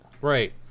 Right